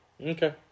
Okay